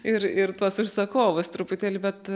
ir ir tuos užsakovus truputėlį bet